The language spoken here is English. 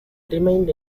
remained